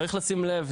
צריך לשים לב,